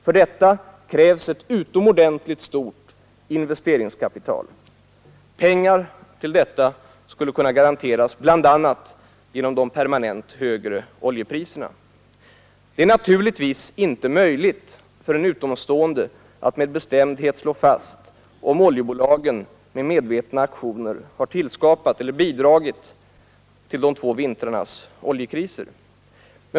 För detta krävs ett utomordentligt stort investeringskapital. Pengar till detta skulle kunna garanteras bl.a. genom de permanent högre oljepriserna. Det är naturligtvis inte möjligt för en utomstående att med bestämdhet slå fast om oljebolagen med medvetna aktioner har tillskapat eller bidragit till de två vintrarnas oljekriser.